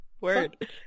word